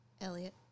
Elliot